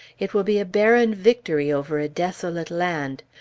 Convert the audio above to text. it will be a barren victory over a desolate land.